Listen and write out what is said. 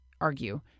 argue